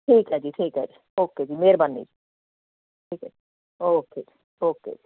ਠੀਕ ਹੈ ਜੀ ਠੀਕ ਹੈ ਓਕੇ ਜੀ ਮਿਹਰਬਾਨੀ ਜੀ ਠੀਕ ਹੈ ਓਕੇ ਜੀ ਓਕੇ